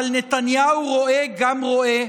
אבל נתניהו רואה גם רואה.